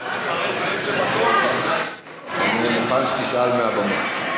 אני מוכן שתשאל מהבמה.